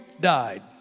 died